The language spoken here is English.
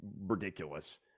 ridiculous